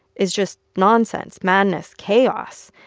it's just nonsense, madness, chaos.